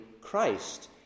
Christ